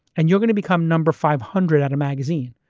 and you're going to become number five hundred at a magazine.